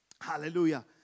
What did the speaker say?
hallelujah